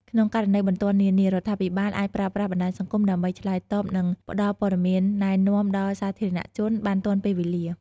ក្នុងករណីបន្ទាន់នានា រដ្ឋាភិបាលអាចប្រើប្រាស់បណ្ដាញសង្គមដើម្បីឆ្លើយតប និងផ្ដល់ព័ត៌មានណែនាំដល់សាធារណជនបានទាន់ពេលវេលា។